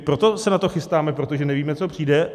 Proto se na to chystáme, protože nevíme, co přijde.